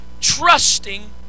trusting